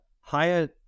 higher